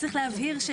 להבהיר,